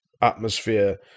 atmosphere